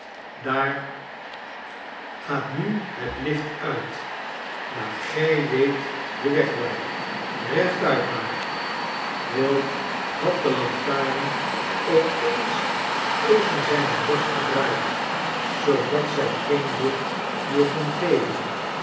licht uit maar gij weet den weg wel rechtuit maar quilp had de lantaren op eens tegen zijne borst gedraaid zoodat zij geen licht meer kon geven